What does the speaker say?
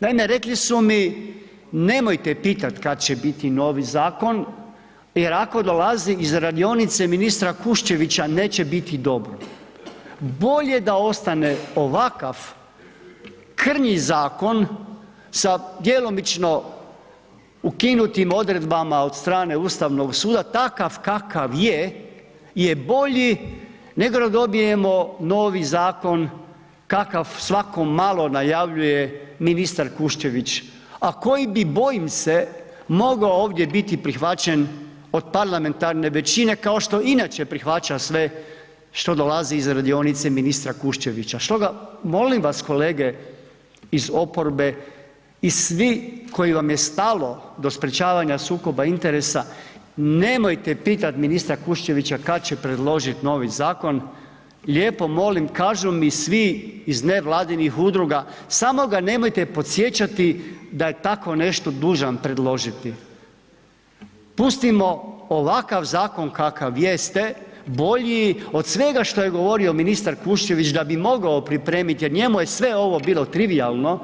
Naime, rekli su mi nemojte pitat kad će biti novi zakon jer ako dolazi iz radionice ministra Kuščevića neće biti dobro, bolje da ostane ovakav krnji zakon sa djelomično ukinutim odredbama od strane Ustavnog suda, takav kakav je, je bolji nego da dobijemo novi zakon kakav svako malo najavljuje ministar Kuščević, a koji bi bojim se, mogao biti ovdje prihvaćen od parlamentarne većine, kao što inače prihvaća sve što dolazi iz radionice ministra Kuščevića što ga, molim vas kolege iz oporbe i svi kojim vam je stalo do sprječavanja sukoba interesa, nemojte pitat ministra Kuščevića kad će predložit novi zakon, lijepo molim, kažu mi svi iz nevladinih udruga, samo ga nemojte podsjećati da je takvo nešto dužan predložiti, pustimo ovakav zakon kakav jeste, bolji od svega što je govorio ministar Kuščević da bi mogao pripremit jer njemu je sve ovo bilo trivijalno,